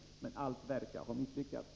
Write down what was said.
Alla dessa försök verkar ha misslyckats.